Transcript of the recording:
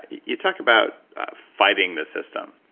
you talk about fighting the system.